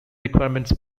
requirements